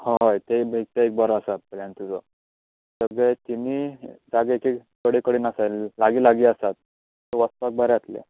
हय ते एक बरो आसा प्लेन तुजो तरहे तिनीय जाग्याचेर कडेन कडेन आसात लागी लागी आसात सो वचपाक बरे जातलें